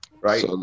right